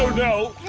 no